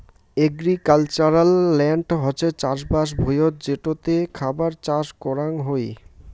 agricultural land হসে চাষবাস ভুঁইয়ত যেটোতে খাবার চাষ করাং হই